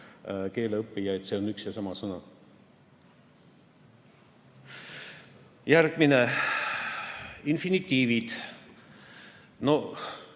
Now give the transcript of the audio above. keeleõppija, et see on üks ja sama sõna? Järgmine, infinitiivid. No